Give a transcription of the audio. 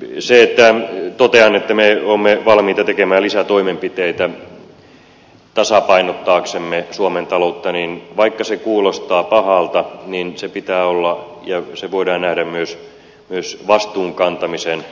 vaikka se että totean että me olemme valmiita tekemään lisätoimenpiteitä tasapainottaaksemme suomen taloutta kuulostaa pahalta niin sen pitää olla ja se voidaan nähdä myös vastuun kantamisen